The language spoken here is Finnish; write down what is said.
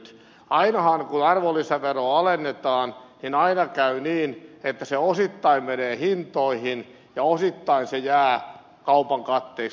ainahan kun arvonlisäveroa alennetaan käy niin että se osittain menee hintoihin ja osittain se jää kaupan katteeksi